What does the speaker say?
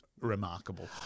remarkable